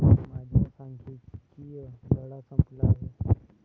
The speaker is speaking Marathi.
माझा सांख्यिकीय धडा संपला आहे